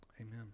Amen